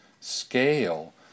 scale